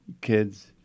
kids